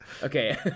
Okay